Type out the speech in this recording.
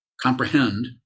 comprehend